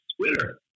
Twitter